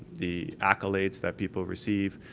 the accolades that people receive,